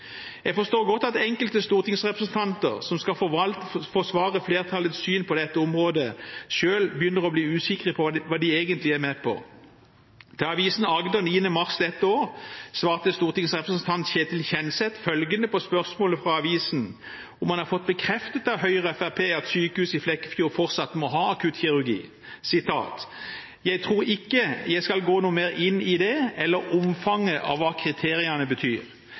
Jeg forstår godt at enkelte stortingsrepresentanter som skal forsvare flertallets syn på dette området, selv begynner å bli usikre på hva de egentlig er med på. Til avisen Agder 9. mars d.å. svarte stortingsrepresentant Ketil Kjenseth følgende på spørsmålet fra avisen om han har fått bekreftet av Høyre og Fremskrittspartiet at sykehuset i Flekkefjord fortsatt må ha akuttkirurgi: «Jeg tror ikke jeg skal gå noe mer inn i det, eller omfanget av hva kriteriene betyr